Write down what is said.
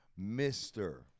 Mr